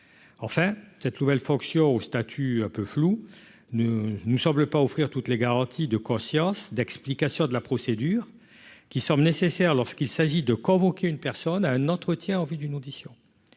enfin cette nouvelle fonction au statut un peu flou, ne nous semble pas offrir toutes les garanties de conscience d'explication de la procédure qui sommes nécessaire lorsqu'il s'agit de convoquer une personne à un entretien en vue d'une audition,